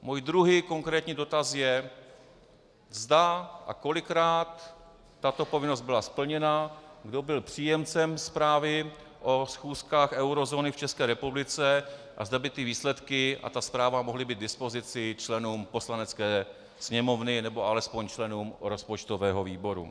Můj druhý konkrétní dotaz je, zda a kolikrát tato povinnost byla splněna, kdo byl příjemcem zprávy o schůzkách eurozóny v České republice a zda by výsledky a zpráva mohly být k dispozici členům Poslanecké sněmovny nebo alespoň členům rozpočtového výboru.